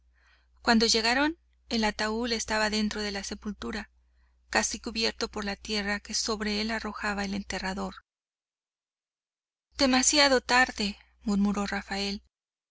cuando llegaron el ataúd estaba dentro de la sepultura casi cubierto por la tierra que sobre él arrojaba el enterrador demasiado tarde murmuró rafael